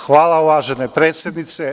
Hvala, uvažena predsednice.